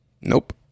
Nope